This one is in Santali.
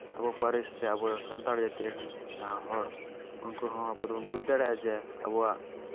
ᱟᱵᱚ ᱯᱟᱹᱨᱥᱤᱥ ᱥᱮ ᱟᱵᱚ ᱥᱟᱱᱛᱟᱲ ᱡᱟᱹᱛᱤ ᱨᱮᱱ ᱡᱟᱦᱟᱸ ᱦᱚᱲ ᱩᱱᱠᱩ ᱦᱚᱸ ᱟᱵᱚ ᱫᱚᱵᱚᱱ ᱵᱩᱡᱽ ᱫᱟᱲᱮᱭᱟᱜᱼᱟ ᱡᱮ ᱟᱵᱚᱣᱟᱜ